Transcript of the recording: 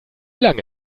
lange